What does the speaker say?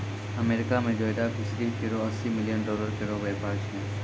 America में जोडक fishery केरो अस्सी मिलियन डॉलर केरो व्यापार छै